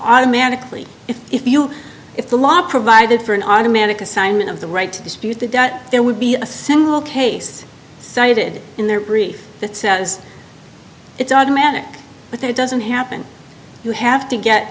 automatically if you if the law provided for an automatic assignment of the right to dispute the debt there would be a single case cited in their brief that says it's automatic eight but that doesn't happen you have to get